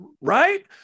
Right